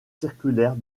circulaire